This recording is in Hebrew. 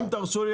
אם תרשו לי,